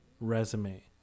resume